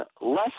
less